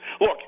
Look